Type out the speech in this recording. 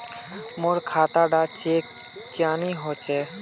मोर खाता डा चेक क्यानी होचए?